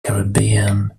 caribbean